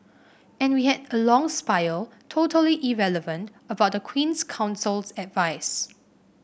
and we had a long spiel totally irrelevant about the Queen's Counsel's advice